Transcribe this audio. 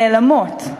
נעלמות.